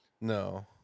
No